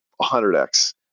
100x